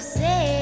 say